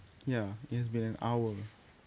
ya it's been an hour